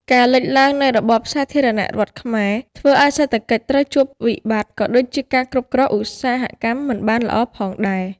ការលេចឡើង នៃរបបសាធារណរដ្ឋខ្មែរ ធ្វើឲ្យសេដ្ឋកិច្ច ត្រូវជួបវិបត្ត ក៏ដូចជាការគ្រប់គ្រងឧស្សាហកម្មមិនបានល្អផងដែរ។